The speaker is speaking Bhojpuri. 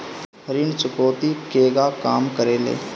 ऋण चुकौती केगा काम करेले?